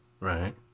Right